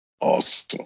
Awesome